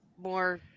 more